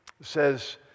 says